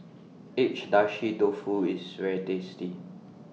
Agedashi Dofu IS very tasty